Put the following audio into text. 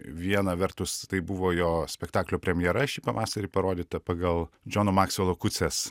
viena vertus tai buvo jo spektaklio premjera šį pavasarį parodyta pagal džono maksvelo kucias